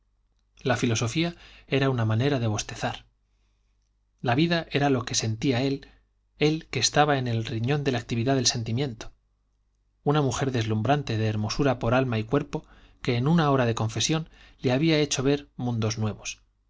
la filosofía era una manera de bostezar la vida era lo que sentía él él que estaba en el riñón de la actividad del sentimiento una mujer deslumbrante de hermosura por alma y cuerpo que en una hora de confesión le había hecho ver mundos nuevos